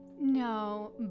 No